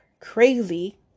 crazy